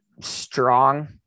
strong